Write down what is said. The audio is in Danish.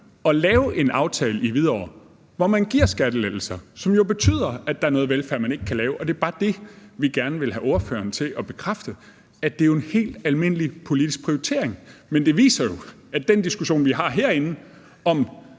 at lave en aftale i Hvidovre, hvor man giver skattelettelser, som jo betyder, at der er noget velfærd, man ikke kan lave. Det er bare det, vi gerne vil have ordføreren til at bekræfte. Det er jo en helt almindelig politisk prioritering, men det viser jo, at den diskussion, vi har herinde, om,